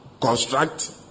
construct